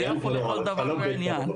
זה יפו לכל דבר ועניין.